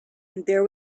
there